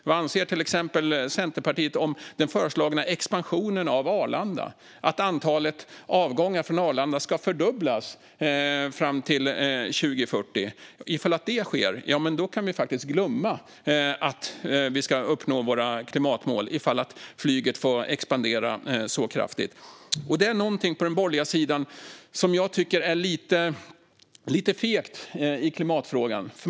Vad anser Centerpartiet till exempel om den föreslagna expansionen av Arlanda och att antalet avgångar därifrån ska fördubblas fram till 2040? Om flyget får expandera så kraftigt kan vi glömma att uppnå våra klimatmål. Det är något på den borgerliga sidan som jag tycker är lite fegt när det gäller klimatfrågan.